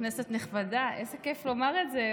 כנסת נכבדה, איזה כיף לומר את זה.